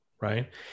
right